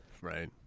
Right